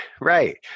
Right